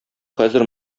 хәзер